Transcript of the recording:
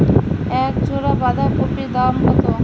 এক জোড়া বাঁধাকপির দাম কত?